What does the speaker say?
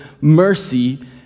mercy